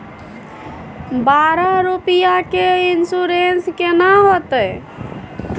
बारह रुपिया के इन्सुरेंस केना होतै?